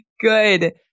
good